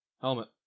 Helmet